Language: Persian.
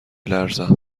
لرزم